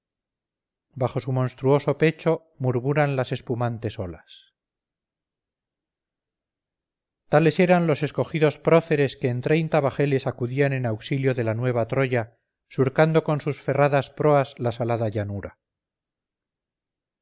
bajo su monstruoso pecho murmuran las espumantes olas tales eran los escogidos próceres que en treinta bajeles acudían en auxilio de la nueva troya surcando con sus ferradas proas la salada llanura